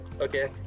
okay